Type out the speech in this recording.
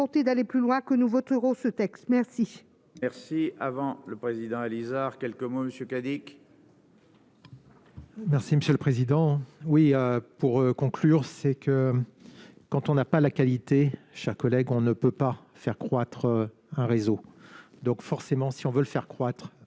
volonté d'aller plus loin que nous voterons ce texte merci. Merci avant le président Alizard quelques mois Monsieur. Merci monsieur le président, oui, pour conclure, c'est que quand on n'a pas la qualité, chers collègues, on ne peut pas faire croître un réseau donc forcément, si on veut le faire croître,